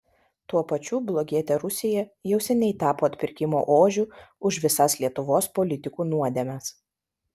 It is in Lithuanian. tuo pačiu blogietė rusija jau seniai tapo atpirkimo ožiu už visas lietuvos politikų nuodėmes